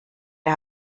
der